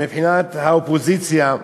מבחינת האופוזיציה,